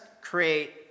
create